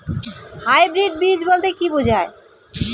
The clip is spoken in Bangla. হাইব্রিড বীজ বলতে কী বোঝায়?